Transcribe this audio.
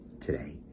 today